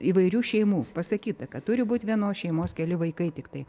įvairių šeimų pasakyta kad turi būt vienos šeimos keli vaikai tiktai